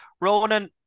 Ronan